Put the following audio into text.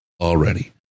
already